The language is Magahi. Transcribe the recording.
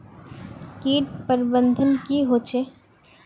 किट प्रबन्धन की होचे?